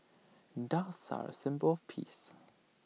doves are A symbol of peace